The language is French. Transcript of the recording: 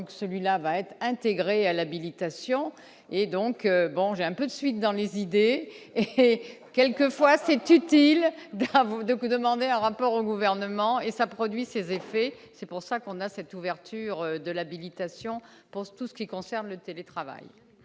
celui-là va être intégré à l'habilitation et donc bon j'ai un peu de suite dans les idées, et quelquefois c'est utile bravo donc demandé un rapport au gouvernement et ça produit ses effets, c'est pour ça qu'on a cette ouverture de l'habilitation pour tout ce qui concerne le télétravail.